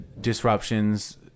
disruptions